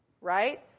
Right